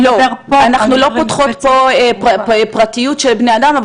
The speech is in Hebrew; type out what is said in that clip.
אנחנו לא פותחות פה פרטיות של בני אדם,